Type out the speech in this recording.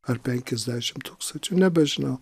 ar penkiasdešim tūkstančių nebežinau